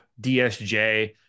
DSJ